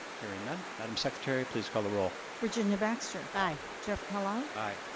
hearing none, madame secretary, please call the roll. virginia baxter. i. jeff kellogg. i.